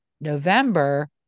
November